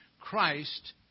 Christ